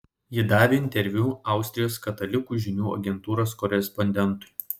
ji davė interviu austrijos katalikų žinių agentūros korespondentui